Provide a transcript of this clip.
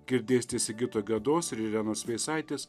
girdėsite sigito gedos ir irenos veisaitės